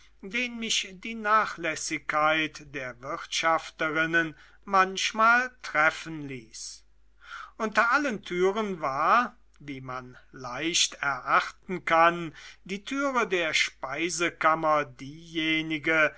den mich die nachlässigkeit der wirtschafterinnen manchmal treffen ließ unter allen türen war wie man leicht erachten kann die türe der speisekammer diejenige